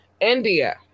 India